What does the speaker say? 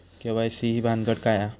KYC ही भानगड काय?